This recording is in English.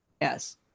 Yes